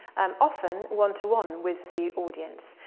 um often one-to-one with the audience.